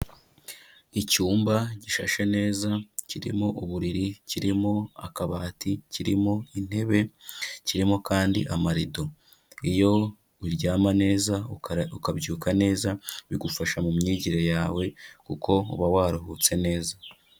Icyumba gishashe neza, kirimo uburiri, kirimo akabati, kirimo intebe, kirimo kandi amarido. Iyo uryama neza, ukabyuka neza, bigufasha mu myigire yawe kuko uba waruhutse neza.